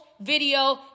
video